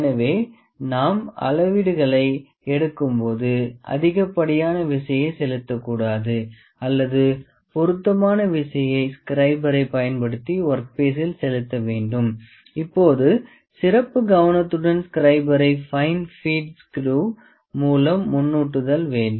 எனவே நாம் அளவீடுகளை எடுக்கும் போது அதிகப்படியான விசையை செலுத்த கூடாது அல்லது பொருத்தமான விசையை ஸ்கிரைபரை பயன்படுத்தி ஒர்க்பீசில் செலுத்த வேண்டும் இப்போது சிறப்பு கவனத்துடன் ஸ்கிரைபரை பைன் பீட் சகிரேவ் மூலம் முன்னூட்டுதல் வேண்டும்